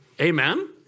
Amen